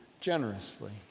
generously